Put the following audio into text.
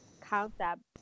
concept